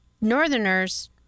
Northerners